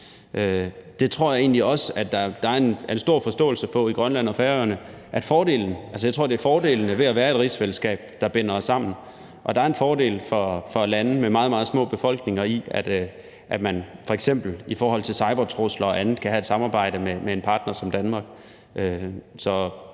Altså, jeg tror, det er fordelene ved at være i et rigsfællesskab, der binder os sammen, og der er en fordel for lande med meget, meget små befolkninger ved, at man f.eks. i forhold til cybertrusler og andet kan have et samarbejde med en partner som Danmark.